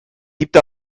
gibt